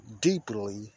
deeply